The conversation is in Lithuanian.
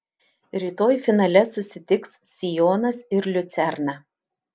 rytoj finale susitiks sionas ir liucerna